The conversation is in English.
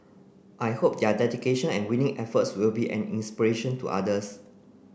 I hope their dedication and winning efforts will be an inspiration to others